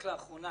רק לאחרונה,